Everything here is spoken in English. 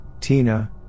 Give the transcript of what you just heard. Tina